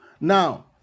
now